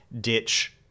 ditch